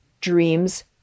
dreams